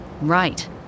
Right